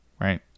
Right